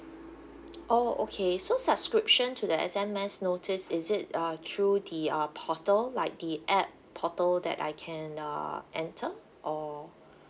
oh okay so subscription to the S_M_S notice is it uh through the uh portal like the app portal that I can uh enter or